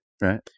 Right